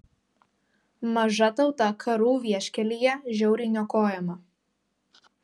maža tauta karų vieškelyje žiauriai niokojama